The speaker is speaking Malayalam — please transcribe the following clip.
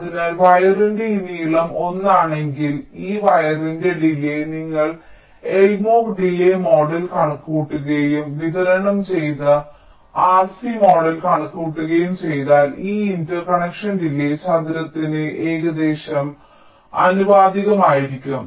അതിനാൽ വയറിന്റെ ഈ നീളം l ആണെങ്കിൽ ഈ വയറിന്റെ ഡിലേയ് നിങ്ങൾ എൽമോർ ഡിലേയ് മോഡൽ കണക്കുകൂട്ടുകയും വിതരണം ചെയ്ത RC മോഡൽ കണക്കുകൂട്ടുകയും ചെയ്താൽ ഈ ഇന്റർകണക്ഷന്റെ ഡിലേയ് L ചതുരത്തിന് ഏകദേശം ആനുപാതികമായിരിക്കും